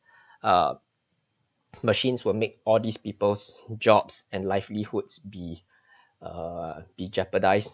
uh machines will make all these people's jobs and livelihoods be err be jeopardized